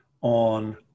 on